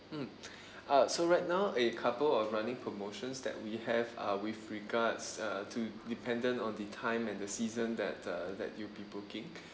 mm uh so right now a couple of running promotions that we have uh with regards uh to dependent on the time and the season that uh that you'll be booking